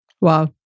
Wow